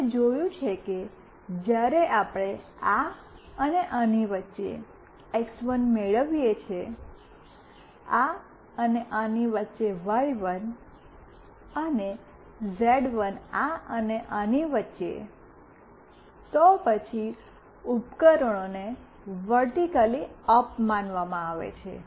આપણે જોયું છે કે જ્યારે આપણે આ અને આની વચ્ચે એક્સ1 મેળવીએ છીએ આ અને આની વચ્ચે વાય1 અને ઝેડ1 આ અને આની વચ્ચે તો પછી ઉપકરણોને વર્ટિક્લી અપ માનવામાં આવે છે